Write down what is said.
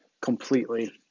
completely